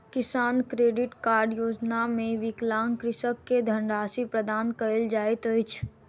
किसान credit card योजना मे विकलांग कृषक के धनराशि प्रदान कयल जाइत अछि